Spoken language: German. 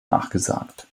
nachgesagt